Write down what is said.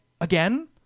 again